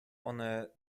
one